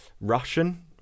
Russian